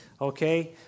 Okay